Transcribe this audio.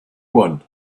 one